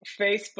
facebook